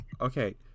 Okay